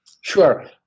Sure